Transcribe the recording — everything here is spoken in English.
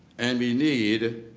and we need